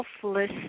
selfless